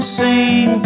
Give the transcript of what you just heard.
sing